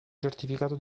certificato